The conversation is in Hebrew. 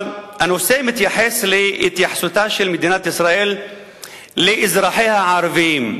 הנושא מתייחס להתייחסותה של מדינת ישראל לאזרחיה הערבים.